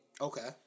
Okay